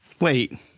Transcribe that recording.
Wait